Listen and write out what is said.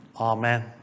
Amen